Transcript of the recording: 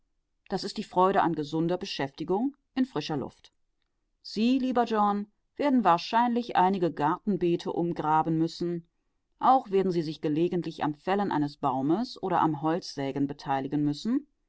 das ist die freude an gesunder beschäftigung in frischer luft sie lieber john werden wahrscheinlich einige gartenbeete umgraben müssen auch werden sie sich gelegentlich am fällen eines baumes oder am holzsägen beteiligen müssen